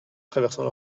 traversant